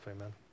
Amen